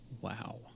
Wow